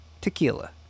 tequila